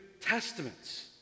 Testaments